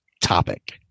topic